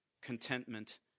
contentment